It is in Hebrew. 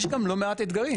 יש גם לא מעט אתגרים,